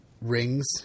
rings